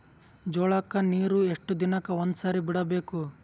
ಜೋಳ ಕ್ಕನೀರು ಎಷ್ಟ್ ದಿನಕ್ಕ ಒಂದ್ಸರಿ ಬಿಡಬೇಕು?